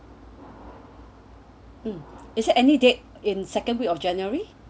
mm is there any date in second week of january